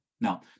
Now